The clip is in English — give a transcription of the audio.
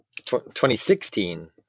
2016